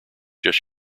just